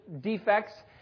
defects